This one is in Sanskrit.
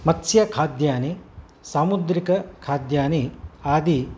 मत्स्यखाद्यानि सामुद्रिकखाद्यानि आदि